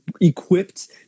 equipped